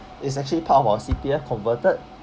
it's actually part of our C_P_F converted